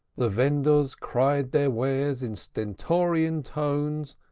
the vendors cried their wares in stentorian tones,